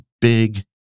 big